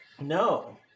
No